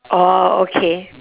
orh okay